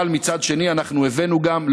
אבל מצד שני אנחנו הבאנו גם,